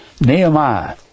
Nehemiah